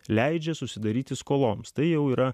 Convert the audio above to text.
leidžia susidaryti skoloms tai jau yra